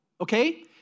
Okay